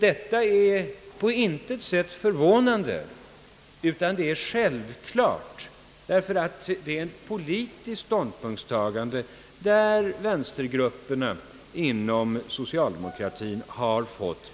Detta är på intet sätt förvånande, utan det är självklart, eftersom förslaget bygger på ett politiskt ställningstagande som har bestämts av vänstergrupperna inom socialdemokratin.